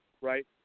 right